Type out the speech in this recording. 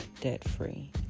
debt-free